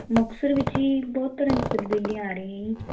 ਮੁਕਤਸਰ ਵਿੱਚ ਜੀ ਬਹੁਤ ਤਰਾਂ ਦੀ ਤਬਦੀਲੀਆਂ ਆ ਰਹੀਆਂ ਜੀ